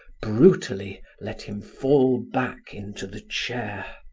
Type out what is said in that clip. brutally let him fall back into the chair.